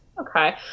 Okay